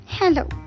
Hello